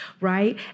right